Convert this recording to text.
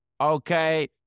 Okay